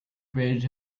bridge